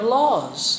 laws